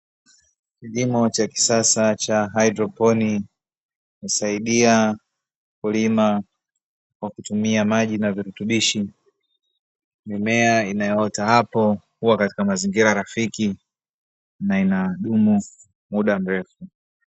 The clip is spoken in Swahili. Kilimo cha kisasa cha haidroponi, husaidia kulima kwa kutumia maji na virutubishi, mimea inayoota hapo huwa katika mazingira rafiki, na inadumu muda mrefu.